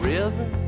River